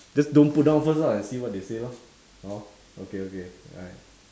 just don't put down first lah and see what they say lor hor okay okay bye